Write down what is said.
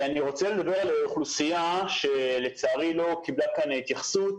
אני רוצה לדבר על אוכלוסייה שלצערי לא קיבלה כאן התייחסות,